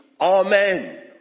Amen